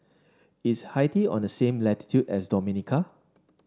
is Haiti on the same latitude as Dominica